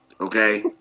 Okay